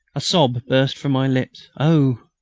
a sob burst from my lips. oh!